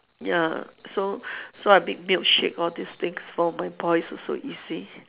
ya so so I make milkshake all this things for my boys also easy